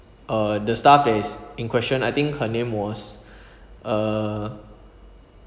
uh the staff that is in question I think her name was uh